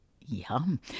Yum